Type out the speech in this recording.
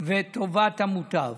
וטובת המוטב.